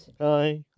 Hi